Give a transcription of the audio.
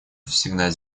всегда